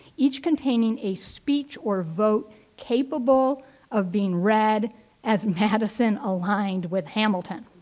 each containing a speech or vote capable of being read as madison aligned with hamilton.